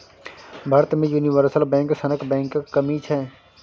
भारत मे universal bank सनक बैंकक कमी छै